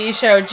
show